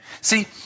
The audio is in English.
See